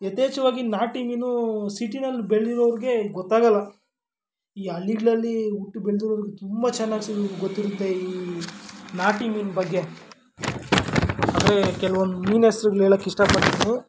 ಯಥೇಚ್ಛವಾಗಿ ನಾಟಿ ಮೀನು ಸಿಟಿನಲ್ಲಿ ಬೆಳೆಯೋರ್ಗೆ ಇದು ಗೊತ್ತಾಗೋಲ್ಲ ಈ ಹಳ್ಳಿಗ್ಳಲ್ಲಿ ಹುಟ್ಟ್ ಬೆಳ್ದಿರೋರ್ಗೆ ತುಂಬ ಚೆನ್ನಾಗಿ ಇದು ಗೊತ್ತಿರುತ್ತೆ ಈ ನಾಟಿ ಮೀನು ಬಗ್ಗೆ ಅದೇ ಕೆಲ್ವೊಂದು ಮೀನು ಹೆಸ್ರುಗ್ಳ್ ಹೇಳಕ್ಕೆ ಇಷ್ಟಪಡ್ತೀನಿ